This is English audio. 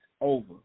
over